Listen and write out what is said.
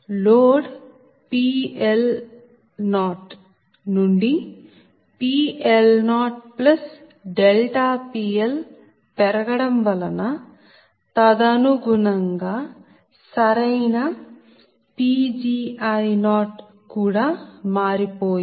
load PL0 నుండి PL0PL పెరగడం వలన తదనుగుణంగా సరైన Pgi0 కూడా మారి పోయింది